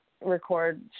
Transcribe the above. record